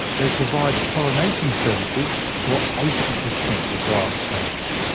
they provide pollination services for eighty percent of wild plants.